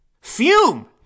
fume